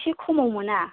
एसे खमाव मोना